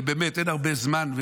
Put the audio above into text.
ובאמת אין הרבה זמן,